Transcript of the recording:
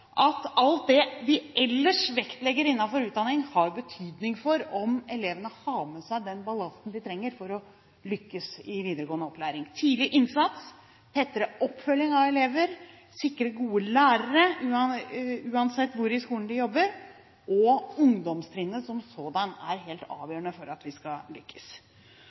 vi ellers vektlegger innen utdanning, har betydning for om elevene har med seg den ballasten de trenger for å lykkes i videregående opplæring: Tidlig innsats, tettere oppfølging av elever, å sikre gode lærere uansett hvor i skolen de jobber, og opprusting av ungdomstrinnet som sådant er avgjørende for at vi skal lykkes.